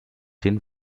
den